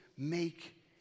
make